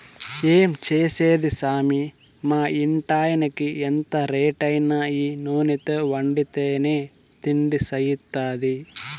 ఏం చేసేది సామీ మా ఇంటాయినకి ఎంత రేటైనా ఈ నూనెతో వండితేనే తిండి సయిత్తాది